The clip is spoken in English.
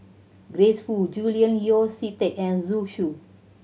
Grace Fu Julian Yeo See Teck and Zhu Xu